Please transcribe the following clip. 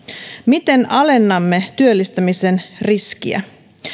miten alennamme työllistämisen riskiä